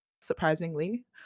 surprisingly